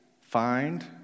find